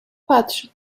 patrz